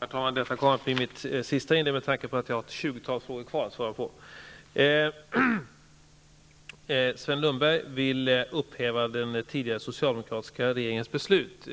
Herr talman! Detta kommer att bli mitt sista inlägg med tanke på att jag har ett tjugotal frågor kvar att svara på. Sven Lundberg vill upphäva den tidigare socialdemokratiska regeringens beslut.